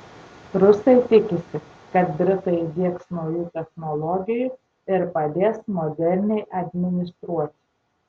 rusai tikisi kad britai įdiegs naujų technologijų ir padės moderniai administruoti